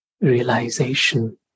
realization